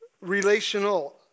relational